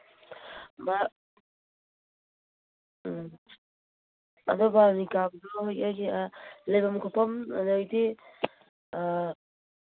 ꯎꯝ ꯑꯗꯨꯒ ꯂꯩꯕꯝ ꯈꯣꯠꯐꯝ ꯑꯗꯩꯗꯤ